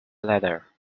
letter